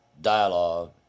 dialogue